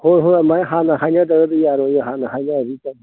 ꯍꯣꯏ ꯍꯣꯏ ꯑꯗꯨꯃꯥꯏꯅ ꯍꯥꯟꯅ ꯍꯥꯏꯅꯗ꯭ꯔꯒꯗꯤ ꯌꯥꯔꯣꯏꯌꯦ ꯍꯥꯟꯅ ꯍꯥꯏꯅꯔꯗꯤ